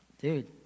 dude